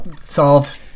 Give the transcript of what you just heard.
Solved